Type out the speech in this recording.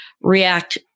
react